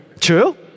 true